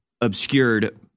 obscured